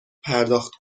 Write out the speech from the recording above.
پرداخت